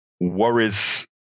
worries